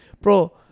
bro